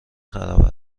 خراب